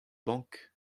bank